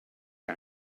que